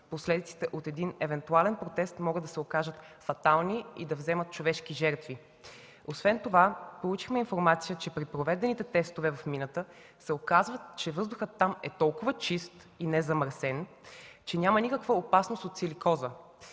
Последствията от един евентуален протест могат да се окажат фатални и да вземат човешки жертви. Освен това получихме информация, че при проведените тестове в мината се оказва, че въздухът там е толкова чист и незамърсен, че няма никаква опасност от силикоза.